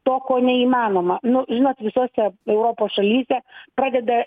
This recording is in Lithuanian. to ko neįmanoma nu žinot visose europos šalyse pradeda